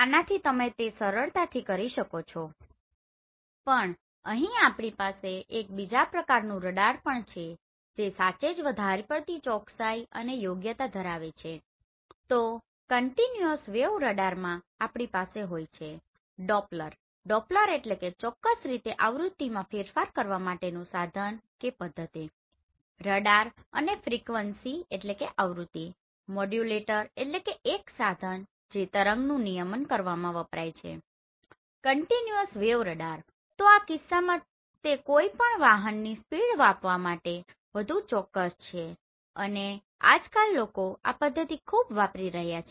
તો આનાથી તમે તે સરળતાથી કરી શકો છો પણ અહીં આપણી પાસે એક બીજા પ્રકારનું રડાર પણ છે જે સાચે જ વધારે પડતી ચોકસાઈ અને યોગ્યતા ધરાવે છે તો કંટીન્યુઅસ વેવ રડારમાં આપણી પાસે હોય છે ડોપલરDoppler ચોક્કસ રીતે આવૃતિમાં ફેરફાર કરવા માટેનું સાધન કે પદ્ધાતી રડાર અને ફ્રિકવન્સીFrequencyઆવૃત્તિ મોડ્યુલેટરModulator એક સાધન જે તરંગનું નિયમન કરવામાં વપરાય છે કંટીન્યુઅસ વેવ રડાર તો આ કિસ્સામાં તે કોઈપણ વાહન ની સ્પીડ માપવા માટે તે વધુ ચોક્કસ છે અને આજકાલ લોકો આ પદ્ધતિ ખૂબ વાપરી રહ્યા છે